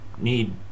need